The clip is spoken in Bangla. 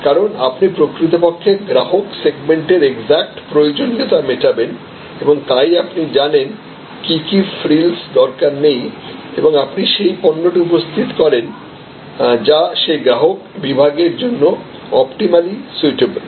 কারণ আপনি প্রকৃতপক্ষে গ্রাহক সেগমেন্ট এর একজ্যাক্ট প্রয়োজনীয়তা মেটাবেন এবং তাই আপনি জানেন কী কী ফ্রিলস দরকার নেই এবং আপনি সেই পণ্যটি উপস্থিত করেন যা সেই গ্রাহক বিভাগের জন্য অপটিমালি সুইটেবল